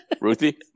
Ruthie